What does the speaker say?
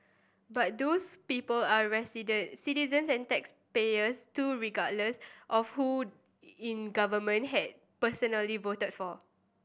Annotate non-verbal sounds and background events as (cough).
but those people are (unintelligible) citizens and taxpayers too regardless of who in government (unintelligible) personally voted for